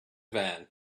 van